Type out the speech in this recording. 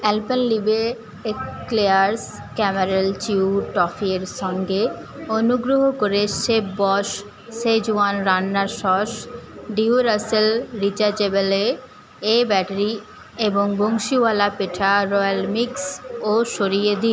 Alpenliebe eclairs caramel chewy টফির সঙ্গে অনুগ্রহ করে শেফবস শেজওয়ান রান্নার sauce Duracell rechargeable AA battery এবং বংশীওয়ালা পেঠা রয়্যাল মিক্স ও সরিয়ে দিন